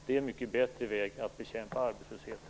Det är en mycket bättre väg att bekämpa arbetslösheten.